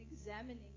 examining